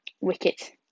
wicket